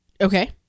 Okay